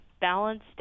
balanced